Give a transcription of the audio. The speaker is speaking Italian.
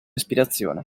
respirazione